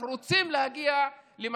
אנחנו רוצים להגיע להסכמות.